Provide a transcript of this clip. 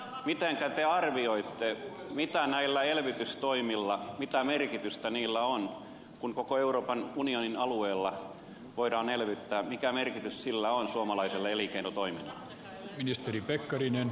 mitenkä te arvioitte mitä merkitystä näillä elvytystoimilla on suomalaiselle elinkeinotoiminnalle kun koko euroopan unionin alueella voidaan elvyttää mikä merkitys sillä on suomalaiselle elinkeinotoiminnalle ministeri pekkarinen